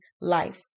life